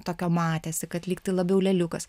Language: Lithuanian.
tokio matėsi kad lygtai labiau lėliukas